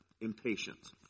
impatience